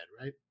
right